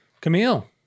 Camille